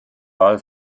mal